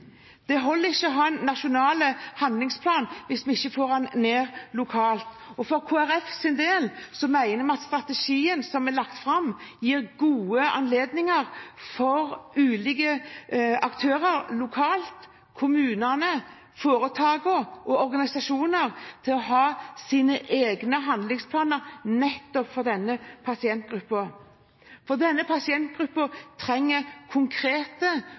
Det holder ikke å ha en nasjonal handlingsplan hvis vi ikke får den ned på lokalt nivå. Kristelig Folkeparti mener at strategien som er lagt fram, gir god anledning for ulike aktører lokalt – kommunene, foretakene og organisasjonene – til å ha egne handlingsplaner nettopp for denne pasientgruppen. Denne pasientgruppen trenger